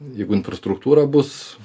jeigu infrastruktūra bus